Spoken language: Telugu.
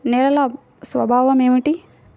నేలల స్వభావం ఏమిటీ?